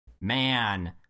man